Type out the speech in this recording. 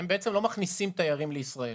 הם לא מכניסים תיירים לישראל.